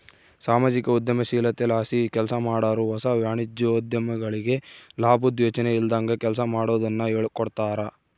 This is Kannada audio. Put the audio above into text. ಸಾಮಾಜಿಕ ಉದ್ಯಮಶೀಲತೆಲಾಸಿ ಕೆಲ್ಸಮಾಡಾರು ಹೊಸ ವಾಣಿಜ್ಯೋದ್ಯಮಿಗಳಿಗೆ ಲಾಬುದ್ ಯೋಚನೆ ಇಲ್ದಂಗ ಕೆಲ್ಸ ಮಾಡೋದುನ್ನ ಹೇಳ್ಕೊಡ್ತಾರ